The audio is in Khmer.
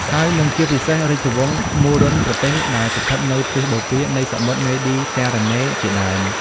ហើយនិងជាពិសេសរាជវង្សមូរុណ្ឌប្រទេសដែលស្ថិតនៅទិសបូព៌ានៃ សមុទ្រ មេឌីទែរ៉ាណេជាដើម។